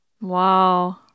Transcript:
Wow